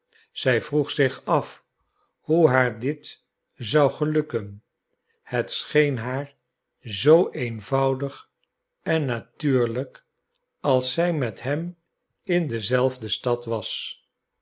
zij vroeg zich af hoe haar dit zou gelukken het scheen haar zoo eenvoudig en natuurlijk als zij met hem in dezelfde stad was